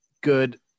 good